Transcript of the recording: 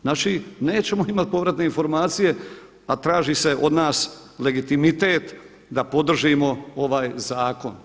Znači nećemo imati povratne informacije, a traži se od nas legitimitet da podržimo ovaj zakon.